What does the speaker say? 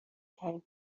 کردیم